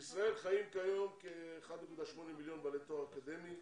בישראל חיים כיום כ-1.8 מיליון בעלי תואר אקדמי,